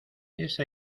esa